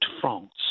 France